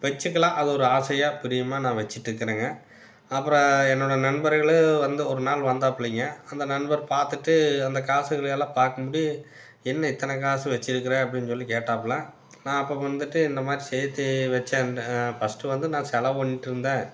வச்சுக்கலாம் அது ஒரு ஆசையாக பிரியமாக நான் வச்சுட்டு இருக்கிறேங்க அப்புறம் என்னோட நண்பர்களும் வந்து ஒருநாள் வந்தாப்புலேங்க அந்த நண்பர் பார்த்துட்டு அந்த காசுகளை எல்லாம் பார்க்கும்புடி என்ன இத்தனை காசு வச்சுருக்குற அப்படினு சொல்லி கேட்டாப்புலே நான் அப்போ வந்துட்டு இந்த மாதிரி சேர்த்தி வைச்சேன் ஃபர்ஸ்டு வந்து நான் செலவு பண்ணிட்டு இருந்தேன்